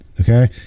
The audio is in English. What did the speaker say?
Okay